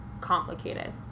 complicated